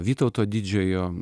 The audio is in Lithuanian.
vytauto didžiojo